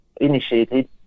initiated